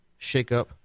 shakeup